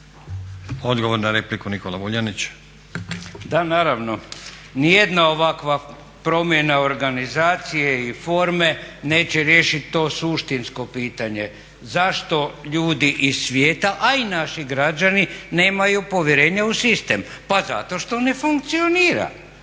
**Vuljanić, Nikola (Nezavisni)** Da naravno, ni jedna ovakva promjena organizacije i forme neće riješiti to suštinsko pitanje zašto ljudi iz svijeta a i naši građani nemaju povjerenja u sistem, pa zato što ne funkcionira.